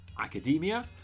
academia